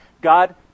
God